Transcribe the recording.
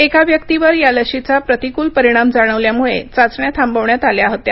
एका व्यक्तीवर या लशीचा प्रतिकूल परिणाम जाणवल्यामुळे चाचण्या थांबवण्यात आल्या होत्या